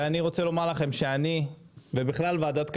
ואני רוצה לומר לכם שאני ובכלל ועדת כלכלה,